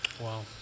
Wow